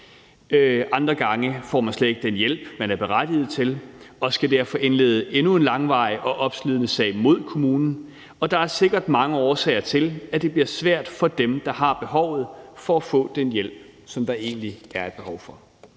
andre gange får man slet ikke den hjælp, man er berettiget til, og skal derfor indlede endnu en langvarig og opslidende sag mod kommunen. Der er sikkert mange årsager til, at det er svært for dem, der har behovet, at få den hjælp, som der egentlig er brug for.